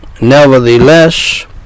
Nevertheless